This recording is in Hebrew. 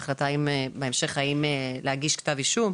בהחלטה בהמשך האם להגיש כתב אישום.